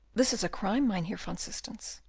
this is a crime, mynheer van systens.